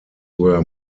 were